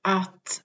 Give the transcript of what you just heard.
att